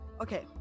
Okay